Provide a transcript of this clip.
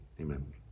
amen